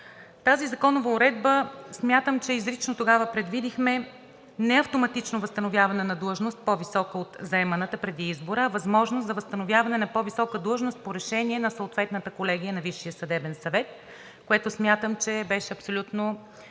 тази законова уредба смятам, че изрично тогава предвидихме не автоматично възстановяване на длъжност, по-висока от заеманата преди избора, а възможност за възстановяване на по-висока длъжност по решение на съответната колегия на Висшия съдебен съвет, което смятам, че беше абсолютно